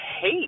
hate